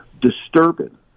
disturbing